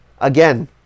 Again